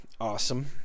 awesome